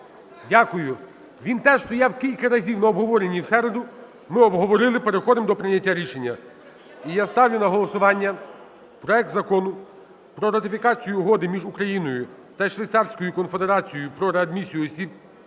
Дякую. Він теж стояв кілька разів на обговоренні у середу. Ми обговорили. Переходимо до прийняття рішення. І я ставлю на голосування проект Закону про ратифікацію Угоди між Україною та Швейцарською Конфедерацією про реадмісію осіб